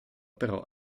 però